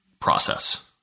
process